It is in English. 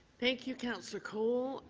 thank you, councillor colle.